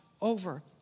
over